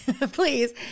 Please